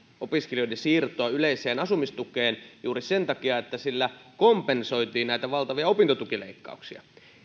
opiskelijoiden siirtoa yleiseen asumistukeen juuri sen takia että sillä kompensoitiin näitä valtavia opintotukileikkauksia